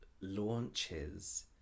Launches